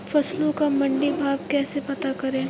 फसलों का मंडी भाव कैसे पता करें?